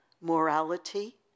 morality